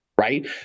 right